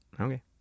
Okay